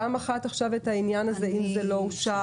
פעם אחת העניין הזה, אם זה לא אושר.